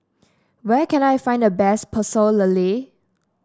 where can I find the best Pecel Lele